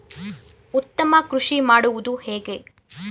ಉತ್ತಮ ಕೃಷಿ ಮಾಡುವುದು ಹೇಗೆ?